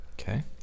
Okay